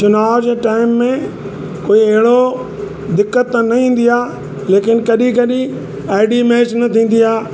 चुनाव जे टाइम में कोई अहिड़ो दिक़त न ईंदी आहे लेकिन कॾहिं कॾहिं आईडी मैच न थींदी आहे